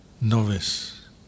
novice